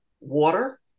water